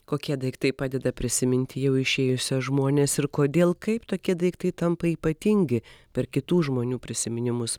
kokie daiktai padeda prisiminti jau išėjusius žmones ir kodėl kaip tokie daiktai tampa ypatingi per kitų žmonių prisiminimus